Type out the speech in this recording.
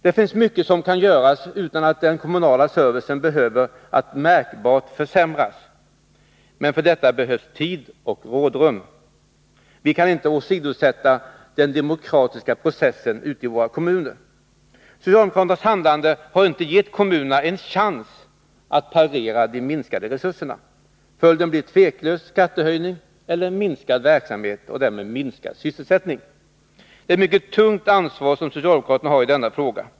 Det finns mycket som kan göras utan att den kommunala servicen behöver försämras märkbart, men för detta behövs tid och rådrum. Vi kan inte åsidosätta den demokratiska processen ute i våra kommuner. Socialdemokraternas handlande har inte gett kommunerna en chans att parera de minskade resurserna. Följden blir tveklöst skattehöjning eller minskad verksamhet och därmed minskad sysselsättning. Det är ett mycket tungt ansvar som socialdemokraterna har i denna fråga.